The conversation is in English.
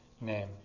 name